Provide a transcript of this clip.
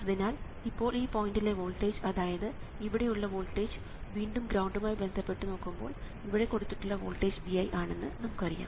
അതിനാൽ ഇപ്പോൾ ഈ പോയിൻറിലെ വോൾട്ടേജ് അതായത് ഇവിടെയുള്ള വോൾട്ടേജ് വീണ്ടും ഗ്രൌണ്ടുമായി ബന്ധപ്പെട്ട് നോക്കുമ്പോൾ ഇവിടെ കൊടുത്തിട്ടുള്ള വോൾട്ടേജ് Vi ആണെന്ന് നമുക്കറിയാം